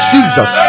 Jesus